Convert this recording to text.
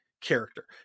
character